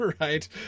right